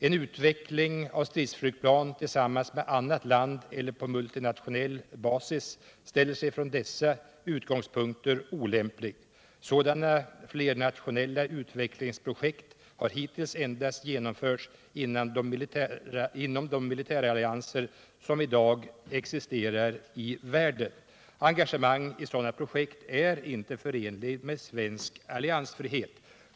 En utveckling av stridsflygplan tillsammans med annat land eller på Nernationell basis ställer sig från dessa utgångspunkter olämplig. Sådana flernationella utvecklingsprojekt har hittills genomförts endast inom de militära allianser som existerar i dag i världen. Engagemang i sådana projekt är inte förenligt med svensk alliansfrihet.